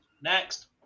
Next